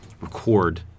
record